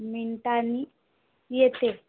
मिनिटांनी येते